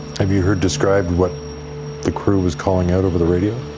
have you heard described what the crew was calling out over the radio?